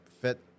fit